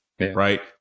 right